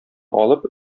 алып